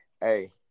Hey